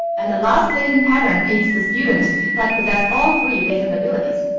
and the last latent pattern is the student that possess all three latent abilities.